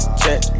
check